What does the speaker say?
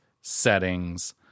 settings